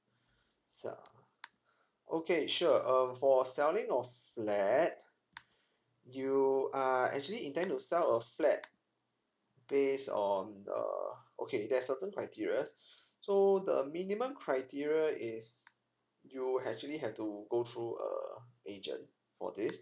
sell okay sure um for selling your flat you are actually intend to sell a flat based on the okay there's certain criteria so the minimum criteria is you actually have to go through a agent for this